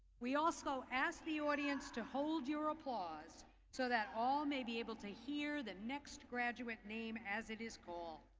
we also ask the audience to hold your applause so that all may be able to hear the next graduate name as it is called.